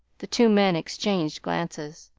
the two men exchanged glances.